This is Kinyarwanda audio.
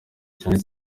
cyane